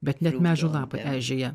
bet net medžių lapai aižėja